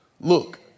look